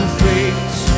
fate